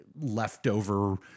leftover